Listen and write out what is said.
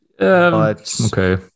Okay